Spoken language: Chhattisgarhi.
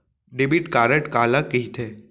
डेबिट कारड काला कहिथे?